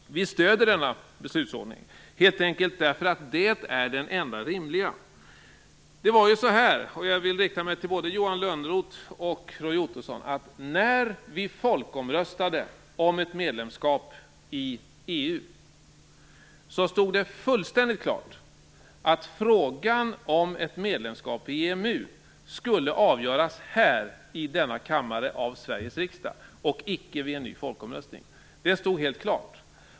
Vi stöder denna beslutsordning helt enkelt därför att det är den enda rimliga. När vi folkomröstade - jag vill vända mig till både Johan Lönnroth och Roy Ottosson - om ett medlemskap i EU stod det fullständigt klart att frågan om ett medlemskap i EMU skulle avgöras här i denna kammare av Sveriges riksdag och icke vid en ny folkomröstning. Det stod helt klart.